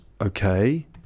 Okay